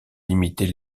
imiter